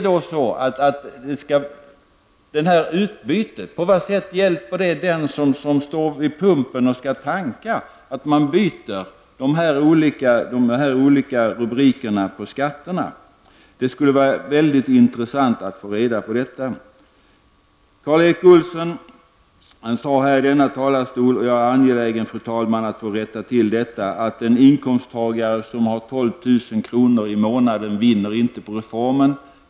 På vad sätt hjälper det den som står vid bensinpumpen och skall tanka att man byter ut rubrikerna på skatterna? Det skulle vara mycket intressant att få reda på. Karl Erik Olsson sade från denna talarstol att den inkomsttagare som har 12 000 kr. i månaden inte vinner på skattereformen. Jag är, fru talman, angelägen om att få rätta till detta.